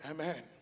Amen